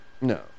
No